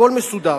הכול מסודר,